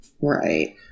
Right